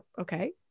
okay